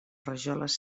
rajoles